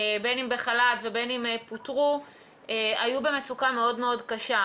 בין אם בחל"ת ובין אם פוטרו, היו במצוקה מאוד קשה.